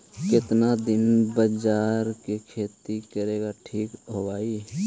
केतना दिन बाजरा के खेती करेला ठिक होवहइ?